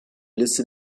liste